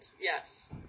Yes